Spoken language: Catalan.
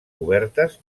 obertes